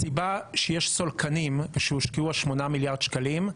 הסיבה שיש סולקנים שהושקעו שמונה מיליארד שקלים,